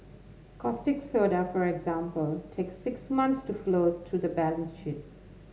caustic soda for example take six months to flow through to the balance sheet